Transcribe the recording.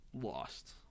lost